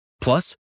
Plus